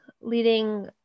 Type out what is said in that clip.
leading